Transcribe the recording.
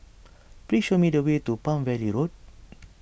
please show me the way to Palm Valley Road